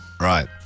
Right